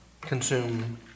consume